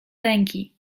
ręki